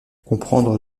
comprendre